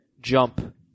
jump